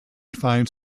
finds